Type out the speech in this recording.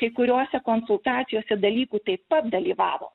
kai kuriose konsultacijose dalykų taip pat dalyvavo